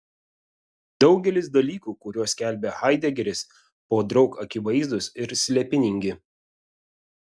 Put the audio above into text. daugelis dalykų kuriuos skelbia haidegeris podraug akivaizdūs ir slėpiningi